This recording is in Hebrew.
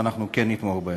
אנחנו כן נתמוך בהן.